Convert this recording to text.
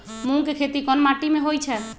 मूँग के खेती कौन मीटी मे होईछ?